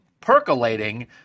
percolating